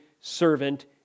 servant